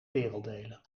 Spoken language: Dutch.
werelddelen